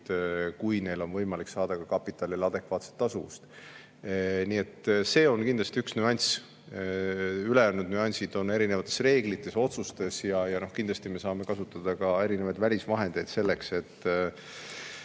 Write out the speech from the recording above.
kui neil oleks võimalik saada kapitalile adekvaatset tasuvust. Nii et see on kindlasti üks nüanss. Ülejäänud nüansid on erinevates reeglites ja otsustes. Kindlasti me saame kasutada ka välisvahendeid selleks, et